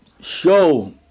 show